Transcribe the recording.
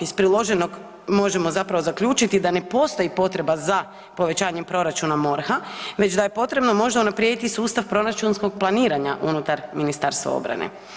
Iz priloženog možemo zapravo zaključiti da ne postoji potreba za povećanjem proračuna MORH-a, već da je potrebno možda unaprijediti sustav proračunskog planiranja unutar Ministarstva obrane.